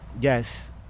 yes